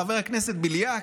חבר הכנסת בליאק,